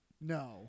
No